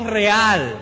real